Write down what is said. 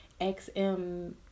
XM